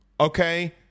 okay